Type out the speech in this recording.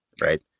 Right